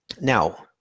now